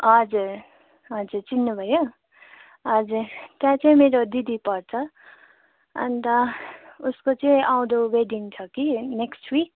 हजुर हजुर चिन्नुभयो हजुर त्यहाँ चाहिँ मेरो दिदी पर्छ अन्त उसको चाहिँ आउँदो वेडिङ छ कि नेक्स्ट विक